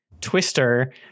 twister